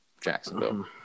Jacksonville